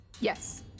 Yes